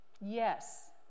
yes